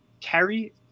Carrie